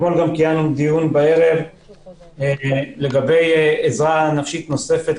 אתמול קיימנו דיונים לגבי עזרה נפשית נוספת,